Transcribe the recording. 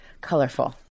colorful